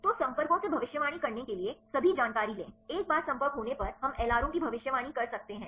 तो संपर्कों से भविष्यवाणी करने के लिए सभी जानकारी लें एक बार संपर्क होने पर हम एलआरओ की भविष्यवाणी कर सकते हैं